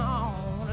on